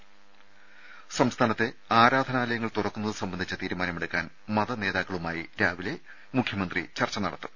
ത സംസ്ഥാനത്തെ ആരാധനാലയങ്ങൾ തുറക്കുന്നത് സംബന്ധിച്ച തീരുമാനമെടുക്കാൻ മതനേതാക്കളുമായി രാവിലെ മുഖ്യമന്ത്രി ചർച്ച നടത്തും